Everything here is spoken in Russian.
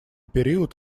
период